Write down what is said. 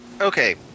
Okay